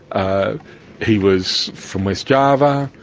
ah he was from west java,